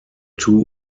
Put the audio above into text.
two